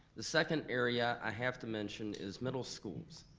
the second area i have to mention is middle schools.